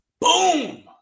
boom